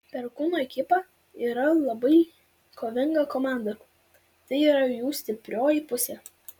perkūno ekipa yra labai kovinga komanda tai yra jų stiprioji pusė